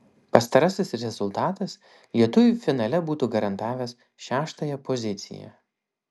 pastarasis rezultatas lietuviui finale būtų garantavęs šeštąją poziciją